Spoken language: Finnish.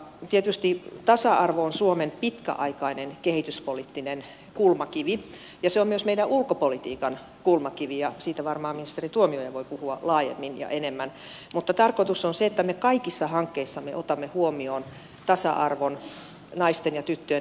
tietysti tasa arvo on suomen pitkäaikainen kehityspoliittinen kulmakivi ja se on myös meidän ulkopolitiikan kulmakivi ja siitä varmaan ministeri tuomioja voi puhua laajemmin ja enemmän mutta tarkoitus on se että me kaikissa hankkeissamme otamme huomioon tasa arvon naisten ja tyttöjen aseman